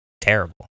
terrible